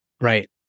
Right